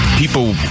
People